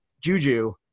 Juju